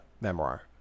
memoir